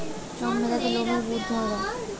অল্প মেয়াদি লোনের সুদ কেমন?